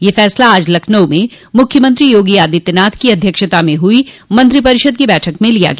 यह फैसला आज लखनऊ में मुख्यमंत्री योगी आदित्यनाथ की अध्यक्षता में हुई मंत्रिपरिषद की बैठक में लिया गया